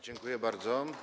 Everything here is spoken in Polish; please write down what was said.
Dziękuję bardzo.